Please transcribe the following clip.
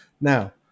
Now